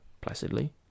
placidly